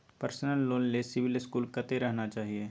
Personal loan ले CIBIL score कत्ते रहना चाही?